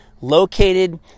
located